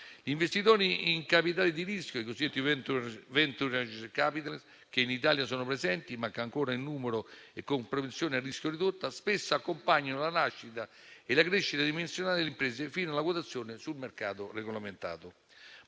Gli investitori in capitale di rischio, i cosiddetti *venture capitalist*, che in Italia sono presenti, ma ancora di numero ridotto e con propensione al rischio ridotta, spesso accompagnano la nascita e la crescita dimensionale delle imprese fino alla quotazione sul mercato regolamentato.